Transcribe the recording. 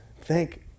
thank